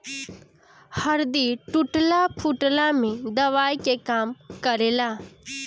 हरदी टूटला फुटला में दवाई के काम करेला